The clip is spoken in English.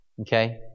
Okay